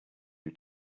you